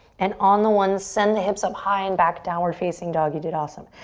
and on the one send the hips up high and back. downward facing dog, you did awesome.